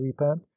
repent